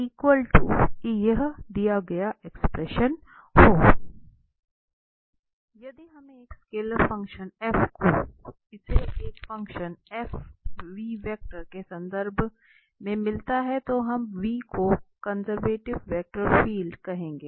यदि हमे एक स्केलर फंक्शन f इसे एक फ़ंक्शन f के संदर्भ में मिलता है तब हम को कन्सेर्वटिव वेक्टर फील्ड कहेंगे